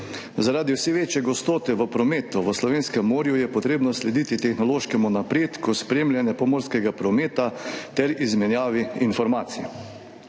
Zaradi vse večje gostote prometa v slovenskem morju je treba slediti tehnološkemu napredku spremljanja pomorskega prometa ter izmenjavi informacij.